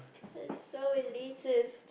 so elitist